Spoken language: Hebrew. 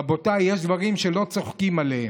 רבותיי, יש דברים שלא צוחקים עליהם.